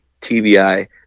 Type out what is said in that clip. TBI